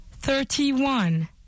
Thirty-one